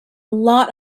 lot